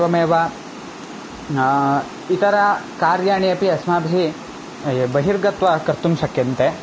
एवमेव इतर कार्याणि अपि अस्माभिः बहिर्गत्वा कर्तुं शक्यन्ते